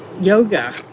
yoga